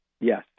Yes